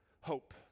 Hope